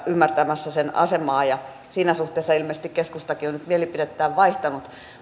ymmärtämässä sen asemaa siinä suhteessa ilmeisesti keskustakin on mielipidettään vaihtanut